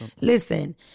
Listen